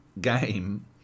game